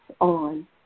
on